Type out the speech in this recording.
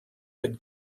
but